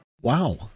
Wow